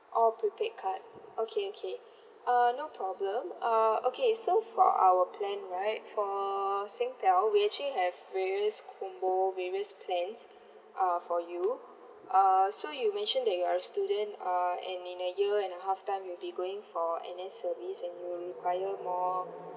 oh prepaid card okay okay uh no problem uh okay so for our plan right for Singtel we actually have various combo various plans uh for you uh so you mentioned that you are a student uh and in a year and a half time you'll be going for N_S service and you'll require more